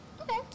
okay